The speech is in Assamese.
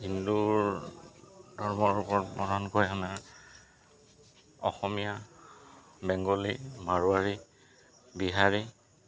হিন্দুৰ ধৰ্মৰ ওপৰত প্ৰধানকৈ আনা অসমীয়া বেংগলী মাৰোৱাৰী বিহাৰী